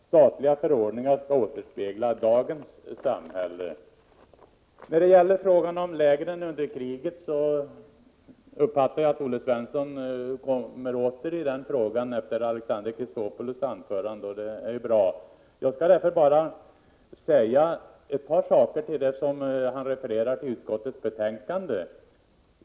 Statliga förordningar skall återspegla dagens samhälle. När det gäller frågan om lägren under kriget uppfattade jag att Olle Svensson kommer åter i den frågan efter Alexander Chrisopoulos anförande, och det är bra. Jag skall bara säga ett par saker i anslutning till det som han refererade till i utskottets betänkande.